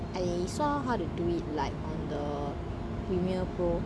I saw how to do it like on the premiere pro